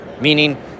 meaning